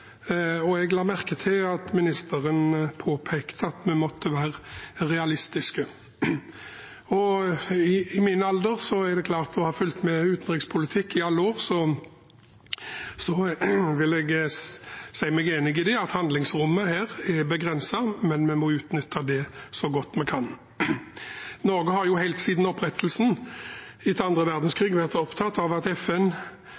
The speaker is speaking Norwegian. og jeg la merke til at ministeren påpekte at vi må være realistiske. I min alder, etter å ha fulgt med i utenrikspolitikken i alle år, vil jeg si meg enig i at handlingsrommet her er begrenset, men vi må utnytte det så godt vi kan. Norge har jo helt siden opprettelsen